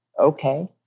okay